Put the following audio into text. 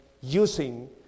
using